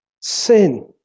sin